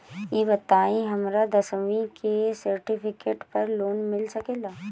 ई बताई हमरा दसवीं के सेर्टफिकेट पर लोन मिल सकेला?